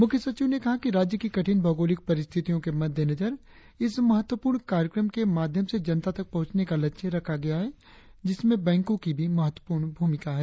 मुख्यसचिव ने कहा कि राज्य की कठिन भौगोलिक परिस्थितियों के मद्देनजर इस महत्वपूर्ण कार्यक्रम के माध्यम से जनता तक पहुंचने का लक्ष्य रखा गया है जिसमें बैंको की भी महत्वपूर्ण भूमिका है